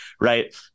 right